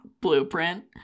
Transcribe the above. Blueprint